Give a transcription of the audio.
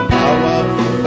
powerful